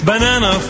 Banana